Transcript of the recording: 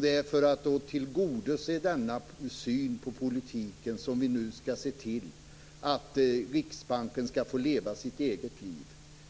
Det är för att tillgodose denna syn på politiken som vi nu skall se till att Riksbanken skall få leva sitt eget liv,